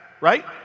Right